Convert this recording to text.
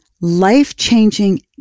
life-changing